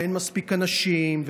ואין מספיק אנשים,